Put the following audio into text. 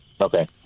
Okay